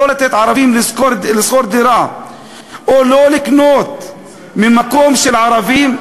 לא לתת לערבים לשכור דירה או לא לקנות ממקום של ערבים,